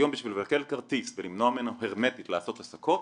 היום בשביל לבטל כרטיס ולמנוע ממנו הרמטית לעשות עסקות,